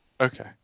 Okay